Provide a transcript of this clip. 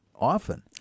often